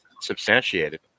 substantiated